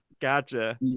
Gotcha